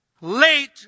late